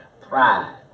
pride